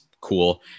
cool